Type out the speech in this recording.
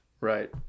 Right